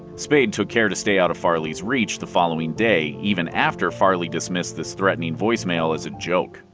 spade took care to stay out of farley's reach the following day, even after farley dismissed his threatening voicemail as a joke.